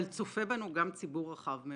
אבל צופה בנו גם ציבור רחב,